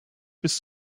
bis